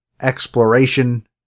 exploration